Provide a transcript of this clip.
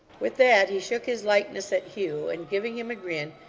with that, he shook his likeness at hugh, and giving him a grin,